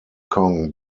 kong